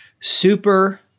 super